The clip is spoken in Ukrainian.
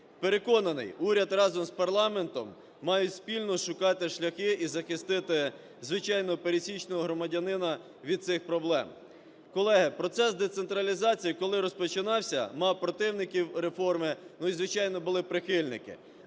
Переконаний, уряд разом з парламентом мають спільно шукати шляхи і захистити звичайного, пересічного громадянина від цих проблем. Колеги, процес децентралізації, коли розпочинався, мав противників реформи, ну і, звичайно, були прихильники.